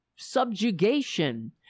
Subjugation